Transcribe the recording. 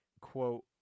Quote